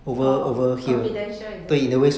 orh confidential is it